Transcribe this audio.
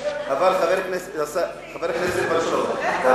חבר הכנסת סילבן שלום,